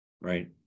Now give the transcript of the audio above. Right